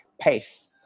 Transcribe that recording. pace